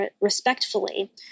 respectfully